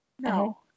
No